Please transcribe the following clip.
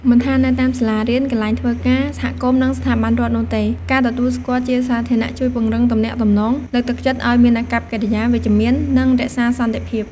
មិនថានៅតាមសាលារៀន កន្លែងធ្វើការ សហគមន៍ និងស្ថាប័នរដ្ឋនោះទេ ការទទួលស្គាល់ជាសាធារណៈជួយពង្រឹងទំនាក់ទំនង លើកទឹកចិត្តឱ្យមានអាកប្បកិរិយាវិជ្ជមាន និងរក្សាសន្តិភាព។